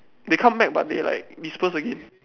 they come back but they like disperse again